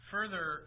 Further